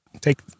take